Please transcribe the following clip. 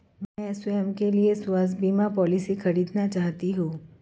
मैं स्वयं के लिए स्वास्थ्य बीमा पॉलिसी खरीदना चाहती हूं